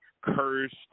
cursed